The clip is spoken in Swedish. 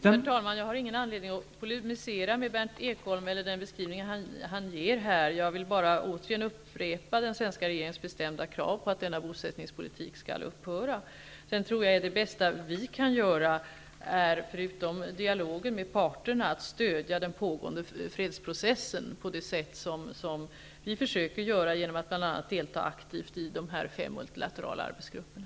Herr talman! Jag har ingen anledning att polemisera mot den beskrivning som Berndt Ekholm gör. Jag vill bara återigen upprepa den svenska regeringens bestämda krav att denna bosättningspolitik skall upphöra. Förutom dialogen med parterna tror jag att det bästa vi kan göra är att stödja den pågående fredsprocessen på det sätt som vi gör, bl.a. genom att delta i de fem multilaterala arbetsgrupperna.